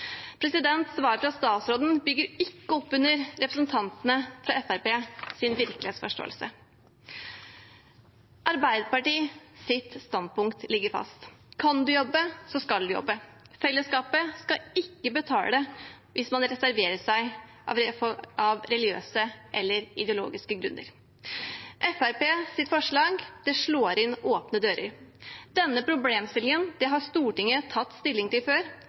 Svaret fra statsråden bygger ikke opp under representantene fra Fremskrittspartiets virkelighetsforståelse. Arbeiderpartiets standpunkt ligger fast: Kan du jobbe, så skal du jobbe. Fellesskapet skal ikke betale hvis man reserverer seg av religiøse eller ideologiske grunner. Fremskrittspartiets forslag slår inn åpne dører. Denne problemstillingen har Stortinget tatt stilling til før.